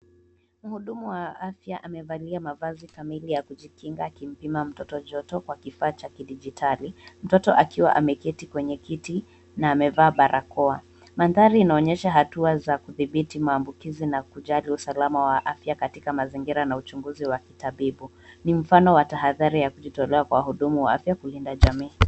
Mhudumu wa afya amevalia mavazi kamili ya kujikinga akimpima mtoto joto kwa kifaa cha kidijitali, mtoto akiwa ameketi kwenye kiti na amevaa barakoa. Mandhari inaonyesha hatua za kudhibiti maambukizi na kujali usalama wa afya katika mazingira na uchunguzi wa kitabibu. Ni mfano wa tahadhari ya kujitolea kwa wahudumu wa afya kulinda jamii.